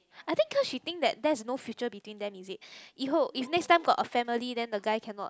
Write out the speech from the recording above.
I think cause she think that there's no future between them is it 以后 if next time have a family then the guy cannot